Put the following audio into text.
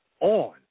on